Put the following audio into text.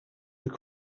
were